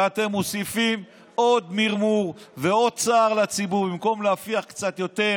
ואתם מוסיפים עוד מרמור ועוד צער לציבור במקום להפיח קצת יותר